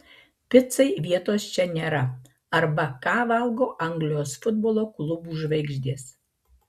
picai vietos čia nėra arba ką valgo anglijos futbolo klubų žvaigždės